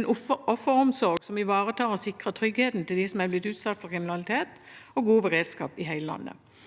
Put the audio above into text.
en offeromsorg som ivaretar og sikrer tryggheten til dem som har blitt utsatt for kriminalitet, og god beredskap i hele landet.